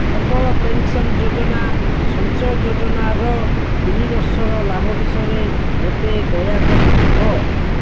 Atal pension ଯୋଜନା ସଞ୍ଚୟ ଯୋଜନାର ତିନି ବର୍ଷର ଲାଭ ବିଷୟରେ ମୋତେ ହୟାକରି କୁହ